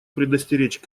предостеречь